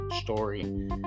story